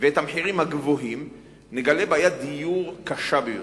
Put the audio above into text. ואת המחירים הגבוהים, נגלה בעיית דיור קשה ביותר,